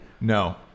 No